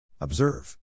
Observe